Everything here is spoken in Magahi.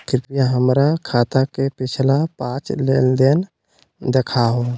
कृपया हमर खाता के पिछला पांच लेनदेन देखाहो